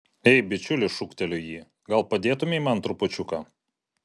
ei bičiuli šūkteliu jį gal padėtumei man trupučiuką